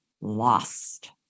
lost